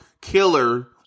killer